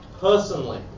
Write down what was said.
personally